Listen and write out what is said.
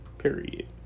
period